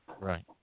right